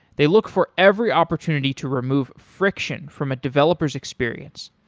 they look for every opportunity to remove friction from a developer s experience.